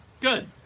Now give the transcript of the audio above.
Good